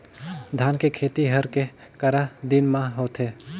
धान के खेती हर के करा दिन म होथे?